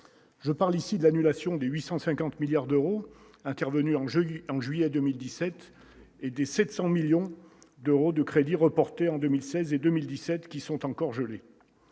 je parle ici de l'annulation de 850 milliards d'euros intervenu en jeudi en juillet 2017 et des 700 millions d'euros de crédits reportés en 2016 et 2017 qui sont encore gelés